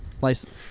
license